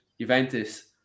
Juventus